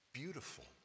beautiful